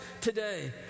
today